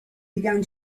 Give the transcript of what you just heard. began